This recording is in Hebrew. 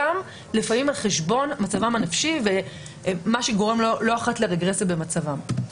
גם לפעמים על חשבון מצבם הנפשי ומה שגורם לא אחת לרגרסיה במצבם.